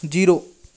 zero